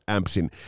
Ampsin